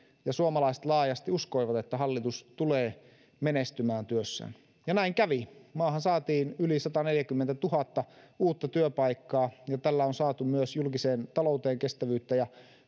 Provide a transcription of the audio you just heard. ja suomalaiset laajasti uskoivat että hallitus tulee menestymään työssään ja näin kävi maahan saatiin yli sataneljäkymmentätuhatta uutta työpaikkaa ja tällä on saatu myös julkiseen talouteen kestävyyttä ja